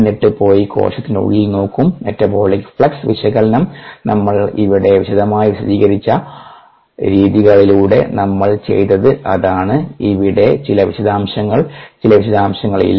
എന്നിട്ട് പോയി കോശത്തിനുള്ളിൽ നോക്കും മെറ്റബോളിക് ഫ്ലക്സ് വിശകലനം നമ്മൾ ഇവിടെ വിശദമായി വിവരിച്ച രീതികളിലൂടെ നമ്മൾ ചെയ്തത് അതാണ് ഇവിടെ ചില വിശദാംശങ്ങൾ എല്ലാ വിശദാംശങ്ങളും ഇല്ല